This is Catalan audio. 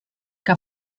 que